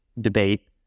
debate